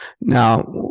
Now